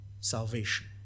salvation